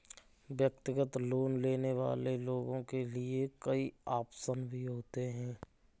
व्यक्तिगत लोन लेने वाले लोगों के लिये कई आप्शन भी होते हैं